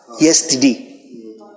yesterday